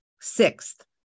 sixth